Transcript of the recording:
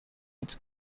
its